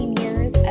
years